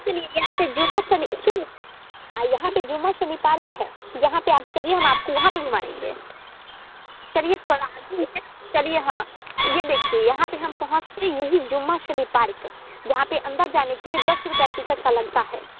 चलिए यहाँ पे जुम्मा सनी चलिए यहाँ पर जुम्मा शनि पार्क है यहाँ पर आप चलिए हम आपको वहाँ पर घुमाएंगे चलिए थोड़ा आगे ही है चलिए हाँ यह देखिए यहाँ पर हम पहुँच गए यही जुम्मा शनी पार्क जहाँ पर अंदर जाने के लिए दस रुपये टिकट का लगता है